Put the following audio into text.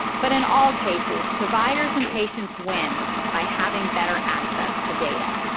but in all cases providers and patients when by having better access to data.